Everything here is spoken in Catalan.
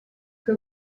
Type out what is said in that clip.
que